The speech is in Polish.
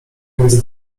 między